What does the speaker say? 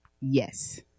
Yes